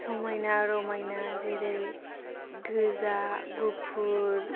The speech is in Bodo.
समायना रमायना जेरै गोजा गुफुर